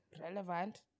relevant